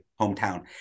hometown